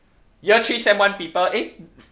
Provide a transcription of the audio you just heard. year three sem one people eh